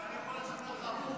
אני יכול לשכנע אותך הפוך.